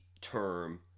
term